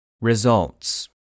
Results